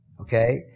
Okay